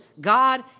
God